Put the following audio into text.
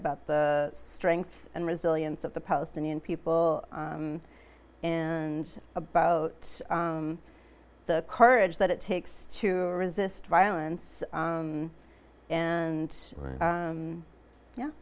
about the strength and resilience of the palestinian people and about the courage that it takes to resist violence and yeah